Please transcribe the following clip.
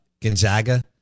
Gonzaga